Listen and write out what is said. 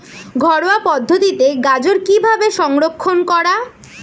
ঘরোয়া পদ্ধতিতে গাজর কিভাবে সংরক্ষণ করা?